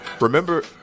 Remember